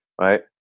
right